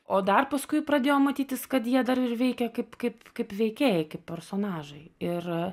o dar paskui pradėjo matytis kad jie dar ir veikia kaip kaip kaip veikėjai kaip personažai ir